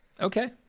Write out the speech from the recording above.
Okay